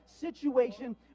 situation